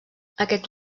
aquest